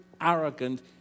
arrogant